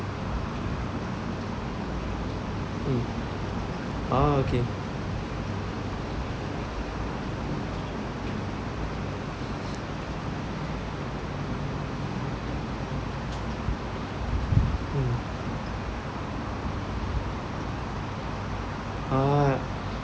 mm ah okay mm ah